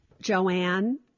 Joanne